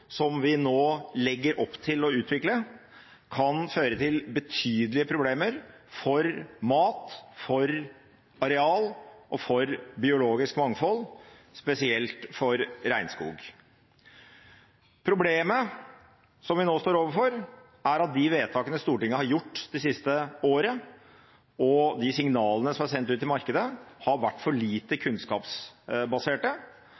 som vi nå legger opp til å utvikle, kan føre til betydelige problemer for mat, for areal og for biologisk mangfold, spesielt for regnskog. Problemet som vi nå står overfor, er at de vedtakene Stortinget har gjort det siste året og de signalene som er sendt ut i markedet, har vært for lite